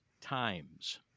times